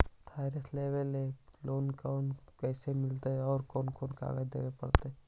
Thresher लेबे ल loan कैसे मिलतइ और कोन कोन कागज देबे पड़तै?